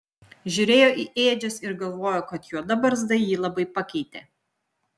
žiūrėjo į ėdžias ir galvojo kad juoda barzda jį labai pakeitė